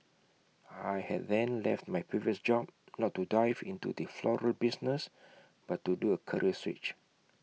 I had then left my previous job not to 'dive' into the floral business but to do A career switch